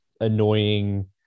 annoying